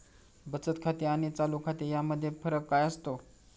बचत खाते आणि चालू खाते यामध्ये फरक काय असतो?